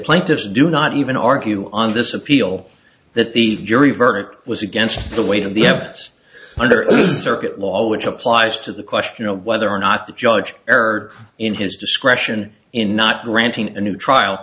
plaintiffs do not even argue on this appeal that the jury verdict was against the weight of the evidence under it is lost which applies to the question of whether or not the judge error in his discretion in not granting a new trial